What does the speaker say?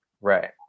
Right